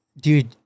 dude